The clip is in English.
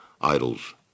idols